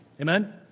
Amen